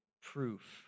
proof